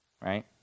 right